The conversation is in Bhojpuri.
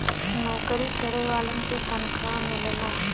नऊकरी करे वालन के तनखा मिलला